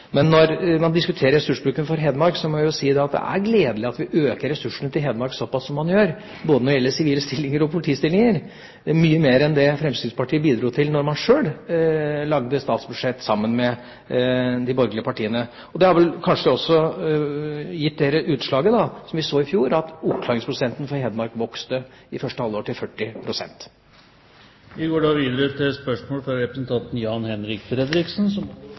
Men når man diskuterer ressursbruken for Hedmark, må jeg si at det er gledelig at vi øker ressursene til Hedmark såpass som vi gjør, både når det gjelder sivile stillinger og politistillinger. Det er mye mer enn det Fremskrittspartiet bidro til da de sjøl laget statsbudsjett sammen med de borgerlige partiene. Det har vel kanskje også gitt det utslaget som vi så i fjor, at oppklaringsprosenten for Hedmark vokste i første halvår til